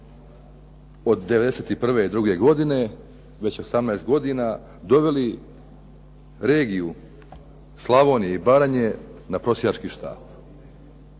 od '91., '92. godine već 18 godina, doveli regiju Slavonije i Baranje na prosjački štap.